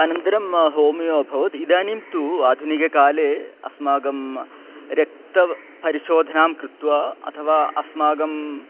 अनन्तरं होमियो अभवत् इदानीं तु आधुनिककाले अस्माकं रक्तपरिशोधनं कृत्वा अथवा अस्माकं